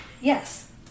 Yes